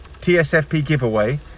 TSFPgiveaway